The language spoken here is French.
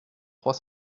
trois